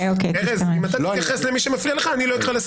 בסדר.